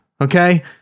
okay